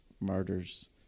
murders